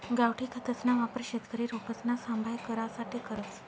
गावठी खतसना वापर शेतकरी रोपसना सांभाय करासाठे करस